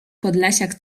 podlasiak